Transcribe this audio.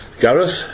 Gareth